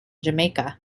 jamaica